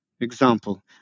example